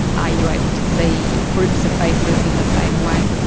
are you able to see groups of faces in the same way.